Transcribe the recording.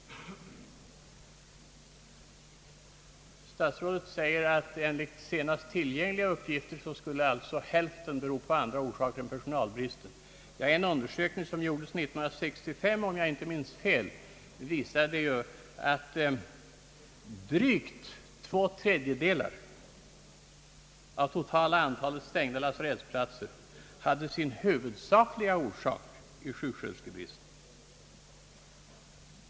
Statsrådet säger att enligt senaste tillgängliga uppgifter skulle stängningen i hälften av fallen bero på andra orsaker än personalbristen. En undersökning som gjordes 1965 — om jag inte minns fel — visade emellertid att i fråga om drygt två tredjedelar av det totala antalet stängda lasarettsplatser hade stängningen sin huvudsakliga orsak i sjuksköterskebristen.